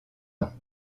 ans